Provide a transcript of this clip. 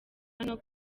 hano